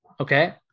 Okay